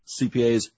CPAs